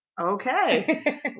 Okay